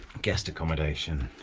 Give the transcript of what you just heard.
guest accommodation,